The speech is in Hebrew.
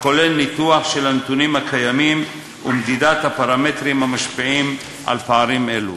הכולל ניתוח של הנתונים הקיימים ומדידת הפרמטרים המשפיעים על פערים אלו.